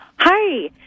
Hi